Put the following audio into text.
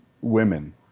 women